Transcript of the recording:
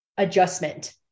Adjustment